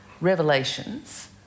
revelations